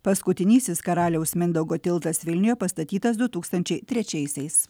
paskutinysis karaliaus mindaugo tiltas vilniuje pastatytas du tūkstančiai trečiaisiais